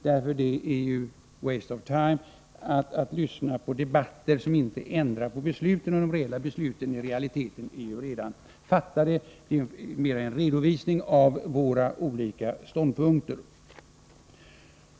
Det är, som det heter, waste of time att lyssna på debatter som inte ändrar på beslut. Besluten är ju i realiteten redan fattade, och vad vi här säger är mer en redovisning av våra olika ståndpunkter.